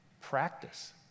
practice